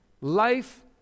Life